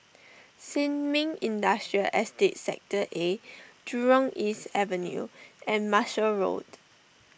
Sin Ming Industrial Estate Sector A Jurong East Avenue and Marshall Road